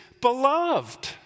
beloved